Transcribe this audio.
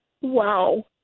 Wow